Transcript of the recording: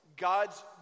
God's